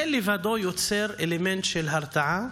זה לבדו יוצר אלמנט של הרתעה,